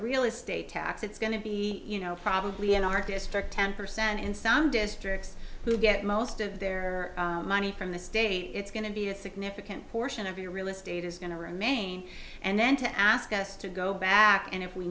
real estate tax it's going to be you know probably anarchistic ten percent in some districts who get most of their money from the state it's going to be a significant portion of your real estate is going to remain and then to ask us to go back and if we